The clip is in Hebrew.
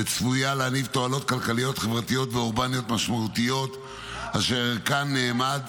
וצפויה להניב תועלות כלכליות חברתיות ואורבניות משמעותיות אשר ערכן נאמד